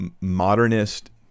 modernist